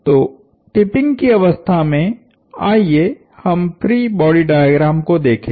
तो टिपिंग की अवस्था में आइए हम फ्री बॉडी डायग्राम को देखें